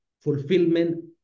fulfillment